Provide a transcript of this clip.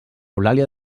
eulàlia